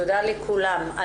תודה לכולם.